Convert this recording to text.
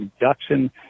reduction